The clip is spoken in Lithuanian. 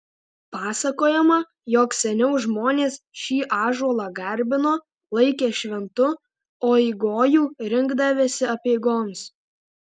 pasakojama jog seniau žmonės šį ąžuolą garbino laikė šventu o į gojų rinkdavęsi apeigoms